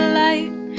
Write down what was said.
light